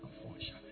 Unfortunately